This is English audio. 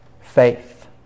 faith